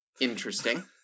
interesting